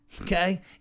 Okay